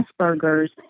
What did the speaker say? Asperger's